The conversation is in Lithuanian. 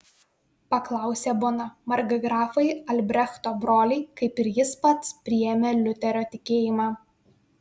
paklausė bona markgrafai albrechto broliai kaip ir jis pats priėmė liuterio tikėjimą